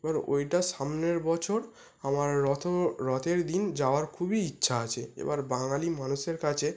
এবার ওটা সামনের বছর আমার রথ রথের দিন যাওয়ার খুবই ইচ্ছা আছে এবার বাঙালি মানুষের কাছে